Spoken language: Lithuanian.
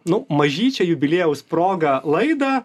nu mažyčio jubiliejaus proga laidą